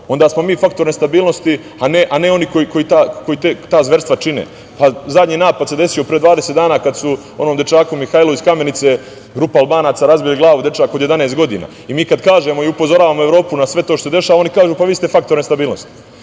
onda smo mi faktor nestabilnosti, a ne oni koji ta zverstva čine. Zadnji napad se desio pre 20 dana, kada su onom dečaku Mihajlu iz Kamenice, grupa Albanaca razbili glavu, dečak od 11 godina. Mi kada kažemo i upozoravamo Evropu na sve to što se dešava, oni kažu – pa vi ste faktor nestabilnosti.